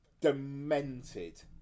demented